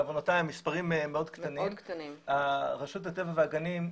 בעוונותיי המספרים מאוד קטנים, רשות הטבע והגנים,